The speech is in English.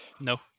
No